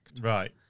Right